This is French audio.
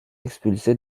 expulsés